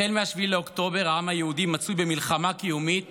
החל מ-7 באוקטובר העם היהודי מצוי במלחמה קיומית